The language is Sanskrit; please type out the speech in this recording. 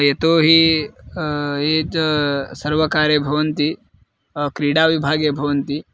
यतो हि ये च सर्वकारे भवन्ति क्रीडाविभागे भवन्ति